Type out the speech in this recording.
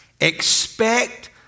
expect